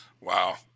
Wow